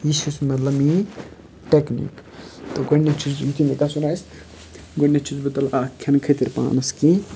یہِ چھُ سُہ مطلب میٲنۍ ٹیٚکنیٖک تہٕ گۄڈنیٚتھ چھُس یُتھُے مےٚ گژھُن آسہِ گۄڈنیٚتھ چھُس بہٕ تُلہٕ بہٕ اَکھ کھیٚنہٕ خٲطرٕ پانَس کینٛہہ